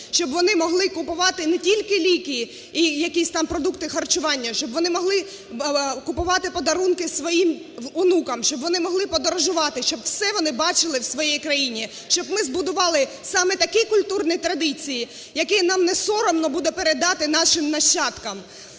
щоб вони могли купувати не тільки ліки і якісь там продукти харчування, щоб вони могли купувати своїм онукам, щоб вони могли подорожувати, щоб все вони бачили в своїй країні. Щоб ми збудували саме такі культурні традиції, які нам не соромно буде передати нашим нащадкам.